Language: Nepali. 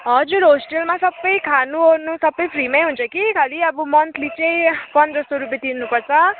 हजुर होस्टेलमा सबै खानुओर्नु सबै फ्रीमै हुन्छ कि खाली अब मन्थली चाहिँ पन्ध्र सौ रुपियाँ तिर्नुपर्छ